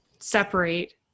separate